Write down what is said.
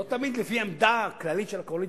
לא תמיד לפי העמדה הכללית של הקואליציה,